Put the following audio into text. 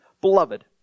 Beloved